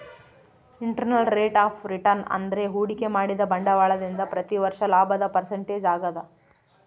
internal rate of return ಅಂದ್ರೆ ಹೂಡಿಕೆ ಮಾಡಿದ ಬಂಡವಾಳದಿಂದ ಪ್ರತಿ ವರ್ಷ ಲಾಭದ ಪರ್ಸೆಂಟೇಜ್ ಆಗದ